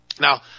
Now